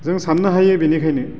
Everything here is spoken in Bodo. जों साननो हायो बेनिखायनो